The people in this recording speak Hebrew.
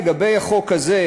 לגבי החוק הזה,